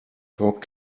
talk